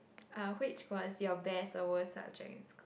uh which was your best or worst subject in school